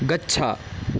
गच्छ